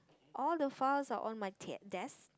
all the files are on my t~ desk